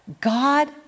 God